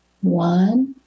One